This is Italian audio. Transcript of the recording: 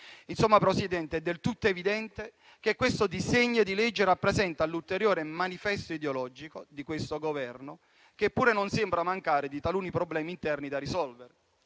Insomma, Presidente, è del tutto evidente che il disegno di legge in esame rappresenta l'ulteriore manifesto ideologico di questo Governo, che pure non sembra mancare di taluni problemi interni da risolvere.